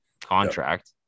contract